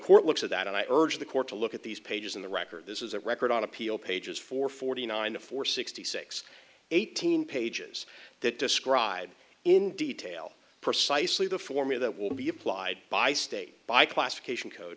court looks at that and i urge the court to look at these pages in the record this is a record on appeal pages for forty nine to four sixty six eighteen pages that describe in detail precisely the form of that will be applied by state by classification code